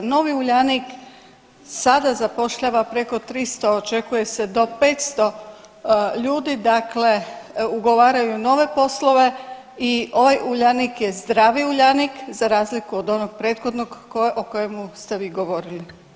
Novi Uljanik sada zapošljava preko 300, a očekuje se do 500 ljudi dakle ugovaraju nove poslove i ovaj Uljanik je zdravi Uljanik za razliku od onog prethodnog o kojemu ste vi govorili.